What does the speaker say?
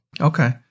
Okay